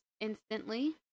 instantly